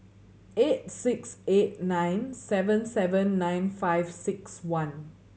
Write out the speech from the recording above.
eight six eight nine seven seven nine five six one